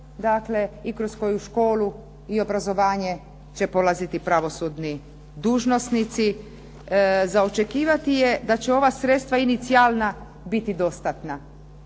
i kroz koju školu i obrazovanje će polaziti pravosudni dužnosnici, za očekivati je da će ova sredstva inicijalna biti dostatna.